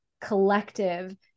collective